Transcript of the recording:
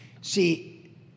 See